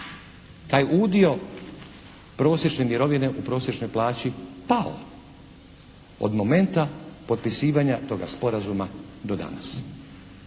taj udio prosječne mirovine u prosječnoj plaći pao od momenta potpisivanja toga sporazuma do danas.